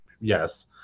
yes